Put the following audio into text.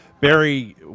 Barry